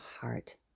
heart